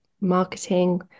marketing